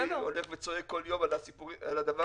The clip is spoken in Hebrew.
הולך וצועק כל יום על הדבר הזה.